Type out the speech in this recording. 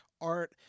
art